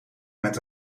met